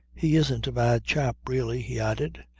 he isn't a bad chap really, he added,